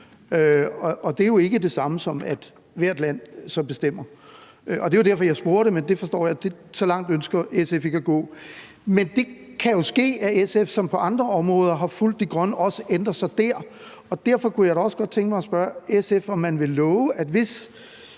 Det er jo ikke det samme som, at hvert land så bestemmer. Det er derfor, jeg spurgte. Men jeg forstår, at så langt ønsker SF ikke at gå. Men det kan jo ske, at SF, som på andre områder har fulgt De Grønne, også ændrer sig der. Derfor kunne jeg da også godt tænke mig at spørge SF, om SF vil love og